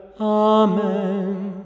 Amen